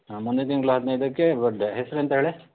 ಹಾಂ ಮುಂದಿನ ತಿಂಗ್ಳು ಹದಿನೈದಕ್ಕೇ ಬರ್ಡೇ ಹೆಸ್ರೆಂತ ಹೇಳಿ